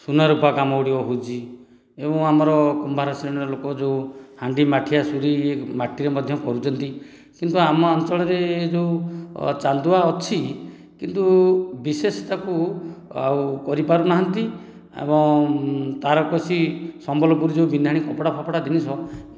ସୁନା ରୁପା କାମଗୁଡ଼ିକ ହେଉଛି ଏବଂ ଆମର କୁମ୍ଭାର ଶ୍ରେଣୀର ଲୋକ ଯେଉଁ ହାଣ୍ଡି ମାଠିଆ ସୁରି ମାଟିରେ ମଧ୍ୟ କରୁଛନ୍ତି କିନ୍ତୁ ଆମ ଅଞ୍ଚଳରେ ଯେଉଁ ଚାନ୍ଦୁଆ ଅଛି କିନ୍ତୁ ବିଶେଷ ତାକୁ ଆଉ କରିପାରୁନାହାନ୍ତି ଏବଂ ତାରକସି ସମ୍ବଲପୁର ଯେଉଁ ବିନ୍ଧାଣି କପଡ଼ା ଫପଡ଼ା ଜିନିଷ